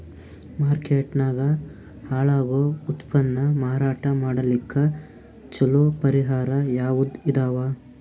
Market ನಾಗ ಹಾಳಾಗೋ ಉತ್ಪನ್ನ ಮಾರಾಟ ಮಾಡಲಿಕ್ಕ ಚಲೋ ಪರಿಹಾರ ಯಾವುದ್ ಇದಾವ?